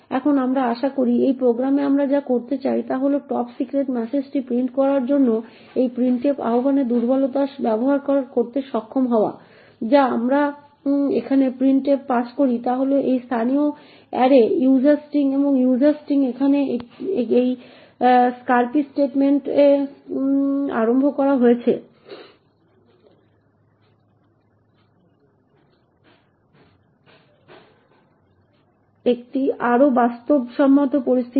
এখন আমরা আশা করি এই প্রোগ্রামে আমরা যা করতে চাই তা হল এই টপ সিক্রেট ম্যাসেজটি প্রিন্ট করার জন্য এই প্রিন্টএফ আহবানে দুর্বলতা ব্যবহার করতে সক্ষম হওয়া যা আমরা এখানে printf পাস করি তা হল এই স্থানীয় অ্যারে user string এবং user string এখানে এই strcpy স্টেটমেন্ট এ আরম্ভ করা হয়েছে একটি আরো বাস্তবসম্মত পরিস্থিতি